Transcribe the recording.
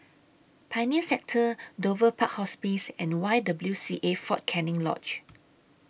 Pioneer Sector Dover Park Hospice and Y W C A Fort Canning Lodge